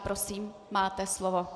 Prosím, máte slovo.